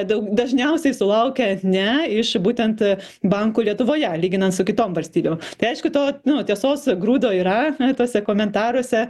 daug dažniausiai sulaukia ne iš būtent bankų lietuvoje lyginant su kitom valstybėm tai aišku to nu tiesos grūdo yra tuose komentaruose